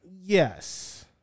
Yes